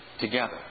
together